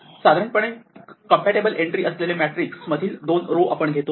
साधारणपणे compatible entry असलेले matrix मधील दोन रो आपण घेतो